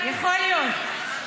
יכול להיות.